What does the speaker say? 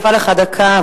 אני מוסיפה לך דקה,